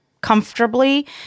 comfortably